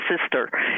sister